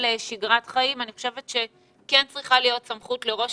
שגרת חיים אני חושבת שכן צריכה להיות סמכות לראש